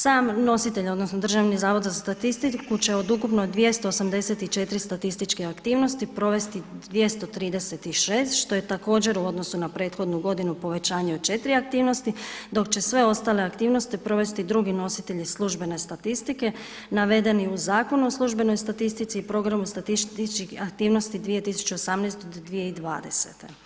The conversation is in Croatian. Sam nositelj odnosno Državni zavod za statistiku će od ukupno 284 statističke aktivnosti, provesti 236, što je također u odnosu na prethodnu godinu, povećanje od 4 aktivnosti, dok će sve ostale aktivnosti provesti drugi nositelji službene statistike navedeni u Zakonu o službenoj statistici i programu statističkih aktivnosti 2018. do 2020.